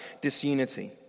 disunity